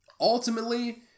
Ultimately